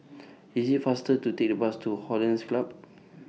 IT IS faster to Take The Bus to Hollandse Club